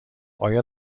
آیا